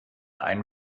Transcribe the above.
einen